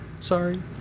Sorry